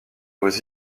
vos